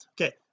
okay